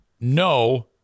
no